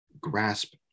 grasp